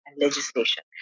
legislation